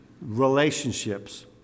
relationships